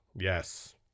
Yes